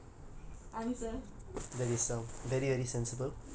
so ya that is my answer